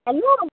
hello